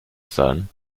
son